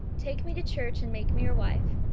take me to church and make me your wife,